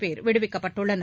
பேர் விடுவிக்கப்பட்டுள்ளனர்